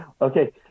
Okay